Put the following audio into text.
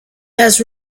has